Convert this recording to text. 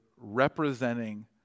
representing